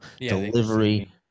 delivery